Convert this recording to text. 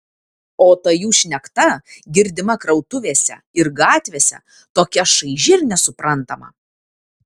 o ta jų šnekta girdima krautuvėse ir gatvėse tokia šaiži ir nesuprantama